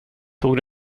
tog